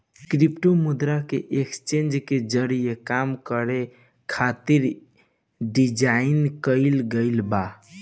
crypto मुद्रा के exchange के जरिए काम करे खातिर डिजाइन कईल गईल बा